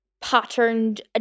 patterned